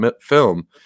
film